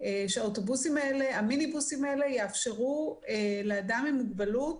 שהמיניבוסים האלה יאפשרו לאדם עם מוגבלות,